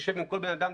שתשב עם בן אדם,